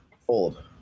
Fold